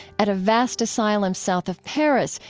at a vast asylum south of paris,